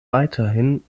weiterhin